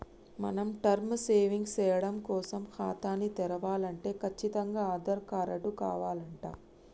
మనం term savings సేయడం కోసం ఖాతాని తెరవలంటే కచ్చితంగా ఆధార్ కారటు కావాలంట